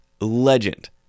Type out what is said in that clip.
legend